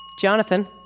Jonathan